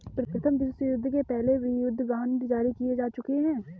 प्रथम विश्वयुद्ध के पहले भी युद्ध बांड जारी किए जा चुके हैं